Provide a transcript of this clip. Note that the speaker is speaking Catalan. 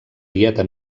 dieta